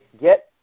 get